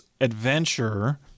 adventure